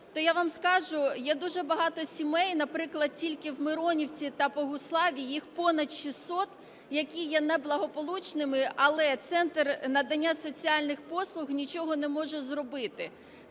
то, я вам скажу, є дуже багато сімей, наприклад, тільки в Миронівці та Богуславі їх понад 600, які є неблагополучними, але центр надання соціальних послуг нічого не може зробити.